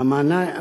אדוני היושב-ראש,